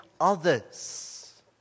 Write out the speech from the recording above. others